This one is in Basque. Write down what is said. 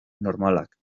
normalak